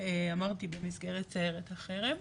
אמרתי במסגרת "סיירת החרם",